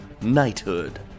Knighthood